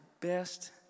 best